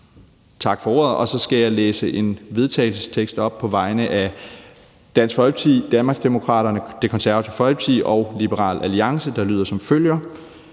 Tak for ordet. Så skal jeg læse en vedtagelsestekst op på vegne af Dansk Folkeparti, Danmarksdemokraterne, Det Konservative Folkeparti og Liberal Alliance, der lyder som følger: